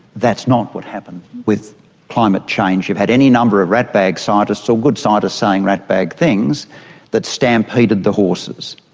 that's not what happened with climate change. you've had any number of ratbag scientists or so good scientists saying ratbag things that stampeded the horses,